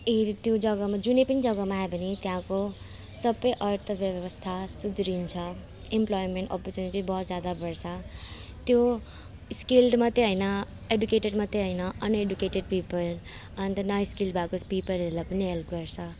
ए त्यो जग्गामा जुनै पनि जग्गामा आयो भने त्यहाँको सबै अर्थव्यवस्था सुध्रिन्छ इम्प्लोइमेन्ट अपर्चुनिटी बहुत ज्यादा बढ्छ त्यो स्किल्ड मात्रै होइन एडुकेटेट मात्रै होइन अनएडुकेटेट पिपल अन्त न स्किल्ड भएको पिपलहरूलाई पनि हेल्प गर्छ